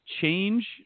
change